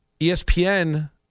ESPN